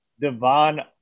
Devon